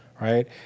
right